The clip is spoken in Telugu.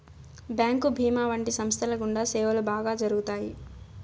బ్యాంకు భీమా వంటి సంస్థల గుండా సేవలు బాగా జరుగుతాయి